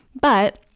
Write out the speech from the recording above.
But-